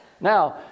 Now